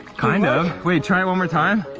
kind of. wait, try it one more time.